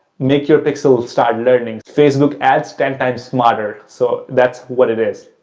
make your pixel start learning, facebook ads times smarter. so, that's what it is.